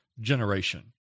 generation